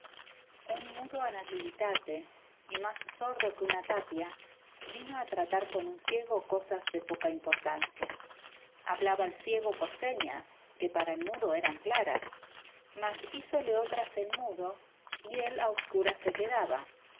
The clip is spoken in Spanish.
un mudo a nativitate y más sordo que una tapia vino a tratar con un ciego cosas de poca importancia hablaba el ciego por señas que para el mudo eran claras mas hízole otras el mudo y él a obscuras se quedaba